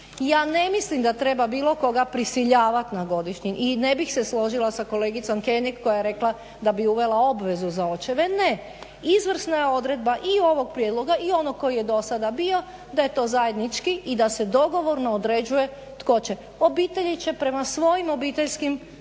Ja ne mislim da treba bilo koga prisiljavati na godišnji i ne bih se složila sa kolegicom König da bi uvela obvezu za očeve, ne. Izvrsna je odredba i ovog prijedloga i onog koji je do sada bio da je to zajednički i da se dogovorno određuje tko će. Obitelji će prema svojim obiteljskim